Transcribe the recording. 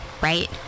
Right